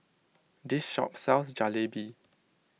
this shop sells Jalebi